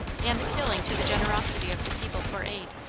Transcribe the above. and appealing to the generosity of the people for aid,